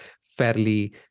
fairly